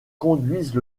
conduisent